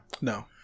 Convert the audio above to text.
No